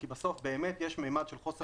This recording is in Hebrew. כי בסוף באמת יש ממד של חוסר ודאות.